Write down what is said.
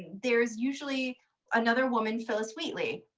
there is usually another woman, phillis wheatley.